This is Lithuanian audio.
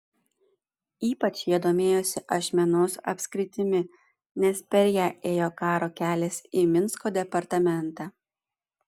ypač jie domėjosi ašmenos apskritimi nes per ją ėjo karo kelias į minsko departamentą